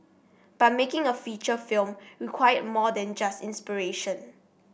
but making a feature film required more than just inspiration